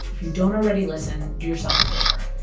if you don't already listen, do yourself a favor.